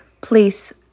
Please